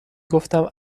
گفتم